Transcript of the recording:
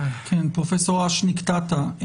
פרופ' אש, נקטעת.